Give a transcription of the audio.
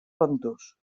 ventós